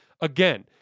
Again